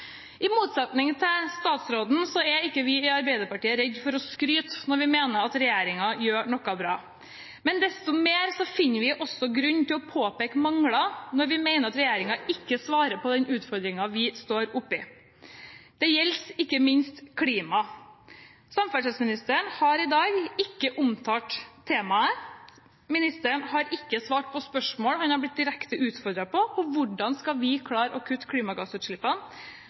I motsetning til statsråden er ikke vi i Arbeiderpartiet redd for å skryte når vi mener at regjeringen gjør noe bra. Desto mer finner vi grunn til å påpeke mangler når vi mener at regjeringen ikke svarer på de utfordringene vi står oppe i. Dette gjelder ikke minst klima. Samferdselsministeren har i dag ikke omtalt temaet, ministeren har ikke svart på spørsmål han har blitt direkte utfordret på: Hvordan skal vi klare å kutte klimagassutslippene?